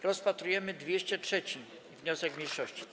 Rozpatrujemy 203. wniosek mniejszości.